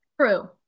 True